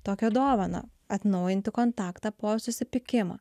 tokią dovaną atnaujinti kontaktą po susipykimo